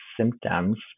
symptoms